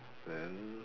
then